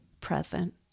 present